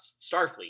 starfleet